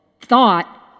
thought